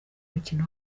mukino